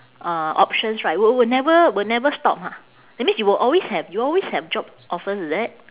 uh options right will will never will never stop ha that means you will always have you always have job offers is it